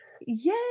Yay